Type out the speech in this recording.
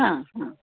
हां हां